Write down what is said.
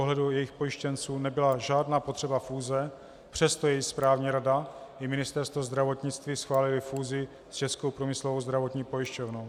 Z pohledu jejích pojištěnců nebyla žádná potřeba fúze, přesto jí správní rada i Ministerstvo zdravotnictví schválily fúzi s Českou průmyslovou zdravotní pojišťovnou.